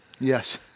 Yes